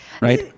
right